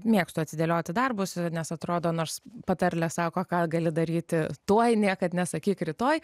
mėgstu atidėlioti darbus ir nes atrodo nors patarlė sako ką gali daryti tuoj niekad nesakyk rytoj